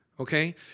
okay